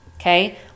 okay